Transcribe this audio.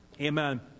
amen